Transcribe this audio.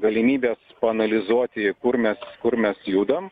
galimybės paanalizuoti kur mes kur mes judam